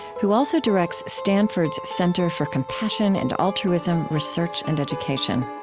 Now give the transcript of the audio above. who also directs stanford's center for compassion and altruism research and education